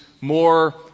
more